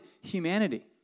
humanity